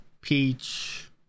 Peach